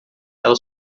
ela